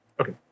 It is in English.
okay